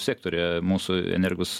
sektoriuje mūsų energus